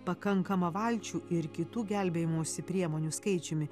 pakankama valčių ir kitų gelbėjimosi priemonių skaičiumi